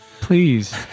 Please